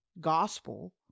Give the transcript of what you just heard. gospel